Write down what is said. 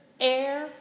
air